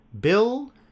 Bill